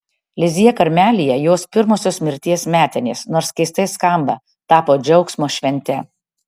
lizjė karmelyje jos pirmosios mirties metinės nors keistai skamba tapo džiaugsmo švente